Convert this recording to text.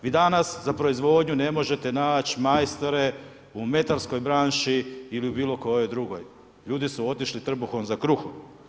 Vi danas za proizvodnju ne možete naći majstore u metarskoj branši ili bilo kojoj drugoj, ljudi su otišli trbuhom za kruhom.